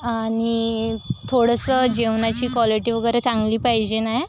आणि थोडंसं जेवणाची क्वालिटी वगैरे चांगली पाहिजे ना